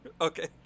Okay